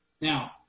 Now